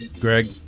Greg